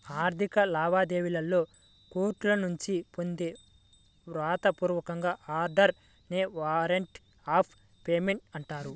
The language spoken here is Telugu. ఆర్థిక లావాదేవీలలో కోర్టుల నుంచి పొందే వ్రాత పూర్వక ఆర్డర్ నే వారెంట్ ఆఫ్ పేమెంట్ అంటారు